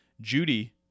Judy